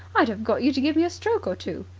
i'd have got you to give me a stroke or two.